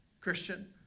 Christian